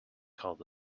called